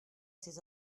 ces